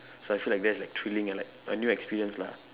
so I feel like there's like thrilling and like a new experience lah